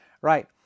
Right